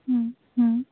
হুম হুম